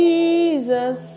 Jesus